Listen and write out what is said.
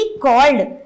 called